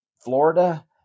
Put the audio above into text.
Florida